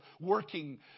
working